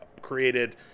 created